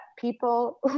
people